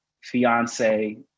fiance